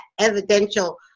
evidential